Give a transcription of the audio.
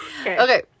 okay